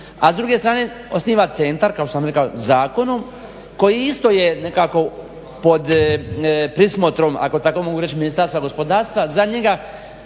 a s druge strane osniva centar kao što sam rekao zakonom koji isto je nekako pod prismotrom ako tako mogu reći Ministarstva gospodarstva, za njega